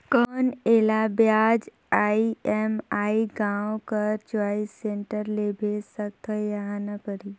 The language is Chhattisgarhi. कौन एला ब्याज ई.एम.आई गांव कर चॉइस सेंटर ले भेज सकथव या आना परही?